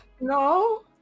no